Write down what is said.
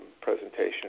presentation